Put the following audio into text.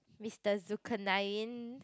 Mister Zukanin